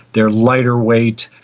they are lighter weight,